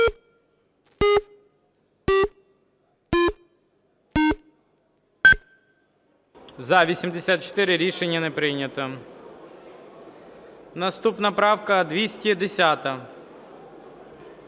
За-83 Рішення не прийнято. Наступна правка 187,